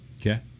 Okay